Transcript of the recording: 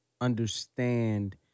understand